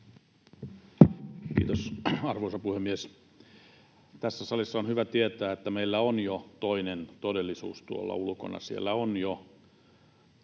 Kiitos, arvoisa puhemies! Tässä salissa on hyvä tietää, että meillä on jo toinen todellisuus tuolla ulkona. Siellä on jo